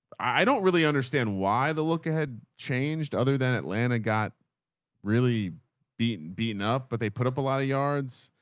i don't really understand why the look ahead changed. other than atlanta got really beaten, beaten up, but they put up a lot of yards.